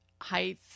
height